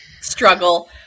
struggle